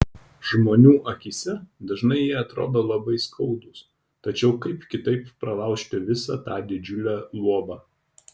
žmonių akyse dažnai jie atrodo labai skaudūs tačiau kaip kitaip pralaužti visa tą didžiulę luobą